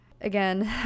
Again